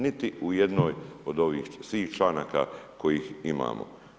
Niti u jednom od ovih svih članaka kojih imamo.